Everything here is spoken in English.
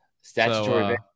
statutory